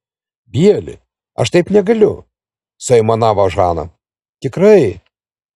bieli aš taip negaliu suaimanavo žana tikrai